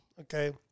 okay